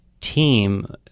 team